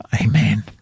Amen